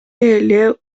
эле